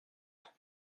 donc